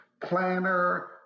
planner